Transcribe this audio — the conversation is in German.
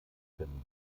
können